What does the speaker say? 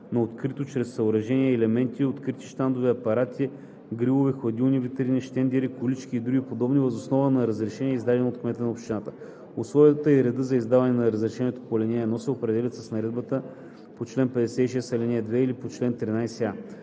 на открито чрез съоръжения и елементи – открити щандове, апарати, грилове, хладилни витрини, щендери, колички и други подобни, въз основа на разрешение, издадено от кмета на общината. (2) Условията и редът за издаване на разрешението по ал. 1 се определят с наредбата по чл. 56, ал. 2 или по чл. 13а.